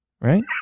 Right